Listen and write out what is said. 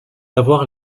avoir